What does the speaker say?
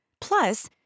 Plus